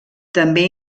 també